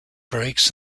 breaks